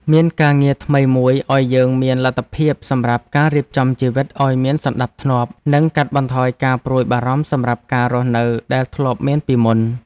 មានការងារថ្មីជួយឱ្យយើងមានលទ្ធភាពសម្រាប់ការរៀបចំជីវិតឱ្យមានសណ្ដាប់ធ្នាប់និងកាត់បន្ថយការព្រួយបារម្ភសម្រាប់ការរស់នៅដែលធ្លាប់មានពីមុន។